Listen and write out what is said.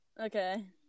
Okay